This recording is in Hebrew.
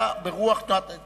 היה ברוח תנועת העבודה,